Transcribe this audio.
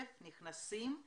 נכנסים לניוזרו.